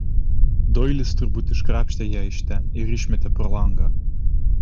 doilis turbūt iškrapštė ją iš ten ir išmetė pro langą